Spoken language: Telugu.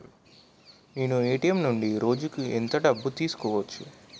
నేను ఎ.టి.ఎం నుండి రోజుకు ఎంత డబ్బు తీసుకోవచ్చు?